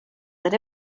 that